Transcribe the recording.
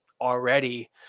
already